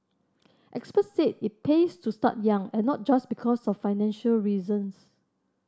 experts said it pays to start young and not just because of financial reasons